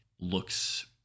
looks